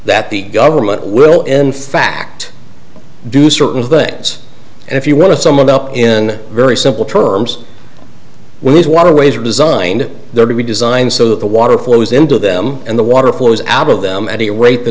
that the government will in fact do certain things and if you want to someone up in very simple terms with these waterways resigned they'll be designed so that the water flows into them and the water flows out of them at a rate th